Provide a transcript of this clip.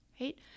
right